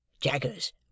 Jaggers